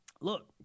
look